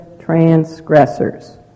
transgressors